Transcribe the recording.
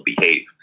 behave